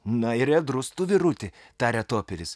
na ir ėdrus tu vyruti tarė toperis